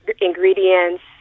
ingredients